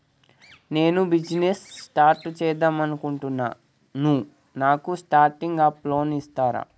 నేను business start చేద్దామనుకుంటున్నాను నాకు స్టార్టింగ్ అప్ లోన్ ఇస్తారా?